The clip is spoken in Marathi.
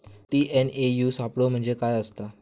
टी.एन.ए.यू सापलो म्हणजे काय असतां?